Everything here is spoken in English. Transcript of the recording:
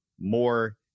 more